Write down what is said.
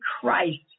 Christ